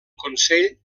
consell